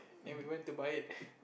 and we went to buy it